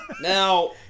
Now